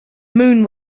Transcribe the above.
moon